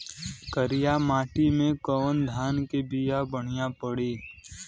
करियाई माटी मे कवन धान के बिया बढ़ियां पड़ी?